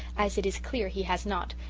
as it is clear he has not,